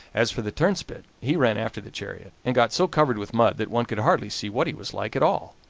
as for the turnspit, he ran after the chariot, and got so covered with mud that one could hardly see what he was like at all.